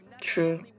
True